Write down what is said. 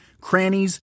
crannies